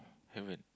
haven't